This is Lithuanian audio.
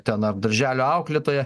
ten ar darželio auklėtoją